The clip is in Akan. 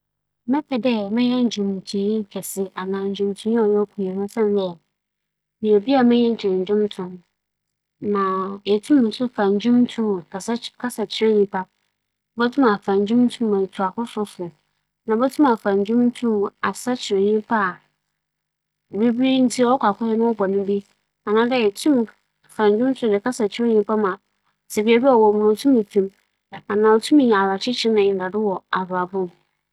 Ndwom yɛ adze a m'enyi gye ho ara yie dɛm ntsi mebɛpɛ dɛ mebɛyɛ ͻdwontonyi tsitsir kyɛn dɛ mebɛyɛ obi a ͻka adan ho a ͻno so yɛ tsitsir. Siantsir nye dɛ, ndwom yɛ adze bi a sɛ edze wo ho kɛhyɛ mu na eyɛ no yie a, ͻma wo sika ankasa ankasa. Yɛhwɛ hɛn Ghana ha adwontofo a sika pii na wͻwͻ. Ma ͻtͻ do ebien, beebi a ebͻkͻ biara wͻsom wo soronko koraa.